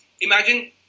imagine